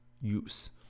use